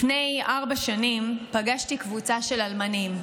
לפני ארבע שנים פגשתי קבוצה של אלמנים,